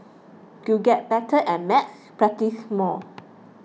to get better at maths practise more